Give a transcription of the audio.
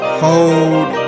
hold